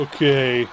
Okay